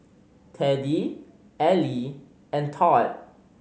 Teddy Ellie and Tod